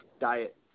diet